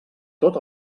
tot